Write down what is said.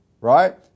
right